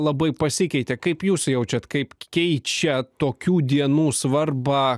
labai pasikeitė kaip jūs jaučiat kaip keičia tokių dienų svarba